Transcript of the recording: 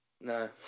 No